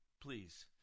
Please